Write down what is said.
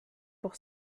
pour